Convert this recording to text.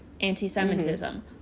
anti-semitism